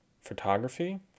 photography